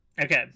Okay